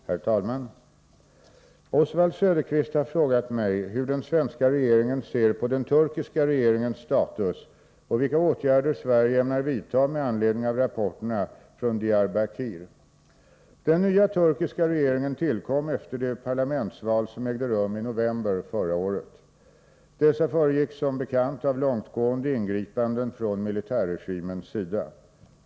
Herr talman! Oswald Söderqvist har frågat mig hur den svenska regeringen ser på den turkiska regeringens status och vilka åtgärder Sverige ämnar vidta med anledning av rapporterna från Diyarbakir. Den nya turkiska regeringen tillkom efter de parlamentsval som ägde rum i november förra året. Dessa föregicks som bekant av långtgående ingripanden från militärregimens sida.